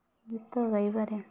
ଗୀତ ଗାଇବାରେ